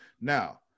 Now